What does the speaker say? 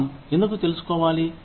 మనం ఎందుకు తెలుసుకోవాలి